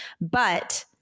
but-